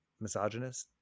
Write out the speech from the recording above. misogynist